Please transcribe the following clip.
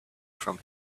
from